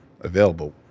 available